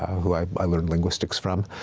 who i learned linguistics from.